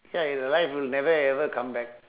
ya your life will never ever come back